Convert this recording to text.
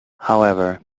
however